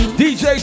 dj